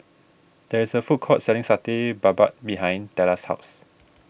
there is a food court selling Satay Babat behind Tella's house